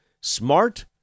Smart